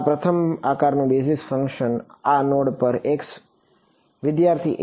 તો આ પ્રથમ આકારનું ફંકશન આ નોડ પર x વિદ્યાર્થી 1